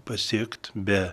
pasiekt be